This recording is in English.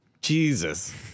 Jesus